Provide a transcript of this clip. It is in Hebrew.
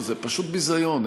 זה פשוט ביזיון,